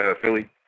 Philly